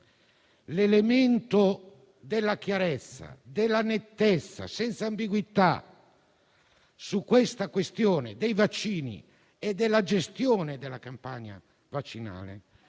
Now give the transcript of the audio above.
l'elemento della chiarezza e della nettezza, senza ambiguità, sulla questione dei vaccini e della gestione della campagna vaccinale